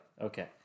Okay